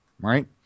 Right